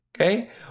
Okay